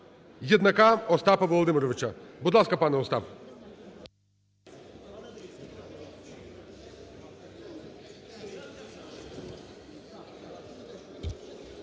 Єднака Остапа Володимировича. Будь ласка, пане Остап.